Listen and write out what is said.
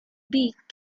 beak